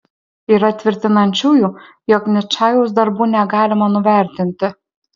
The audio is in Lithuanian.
yra tvirtinančiųjų jog ničajaus darbų negalima nuvertinti